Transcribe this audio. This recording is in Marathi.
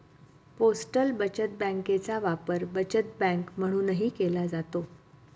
पोस्टल बचत बँकेचा वापर बचत बँक म्हणूनही केला जातो